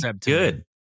good